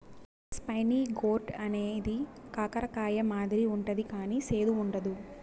spiny gourd అనేది కాకర కాయ మాదిరి ఉంటది కానీ సేదు ఉండదు